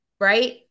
right